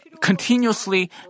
continuously